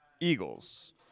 eagles